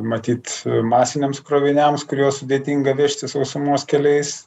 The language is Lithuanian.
matyt masiniams kroviniams kuriuos sudėtinga vežti sausumos keliais